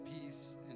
peace